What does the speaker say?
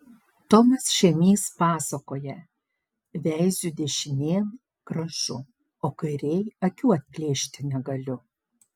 tomas šėmys pasakoja veiziu dešinėn gražu o kairėj akių atplėšti negaliu